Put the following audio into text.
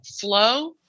flow